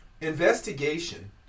Investigation